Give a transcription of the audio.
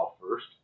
first